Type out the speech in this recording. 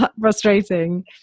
frustrating